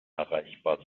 erreichbar